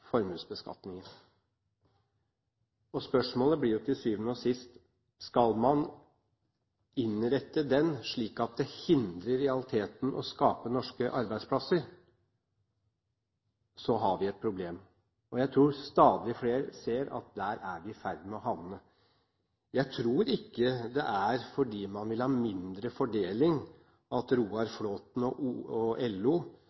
formuesbeskatningen. Spørsmålet blir jo til syvende og sist: Skal man innrette den slik at den i realiteten hindrer å skape norske arbeidsplasser? Da har vi et problem. Jeg tror stadig flere ser at der er vi i ferd med å havne. Jeg tror ikke det er fordi man vil ha mindre fordeling at